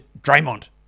Draymond